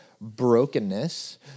brokenness